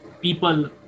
people